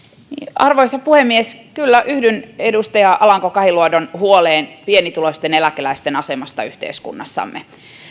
arvoisa puhemies kyllä yhdyn edustaja alanko kahiluodon huoleen pienituloisten eläkeläisten asemasta yhteiskunnassamme